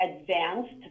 advanced